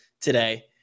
today